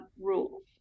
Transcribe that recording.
rules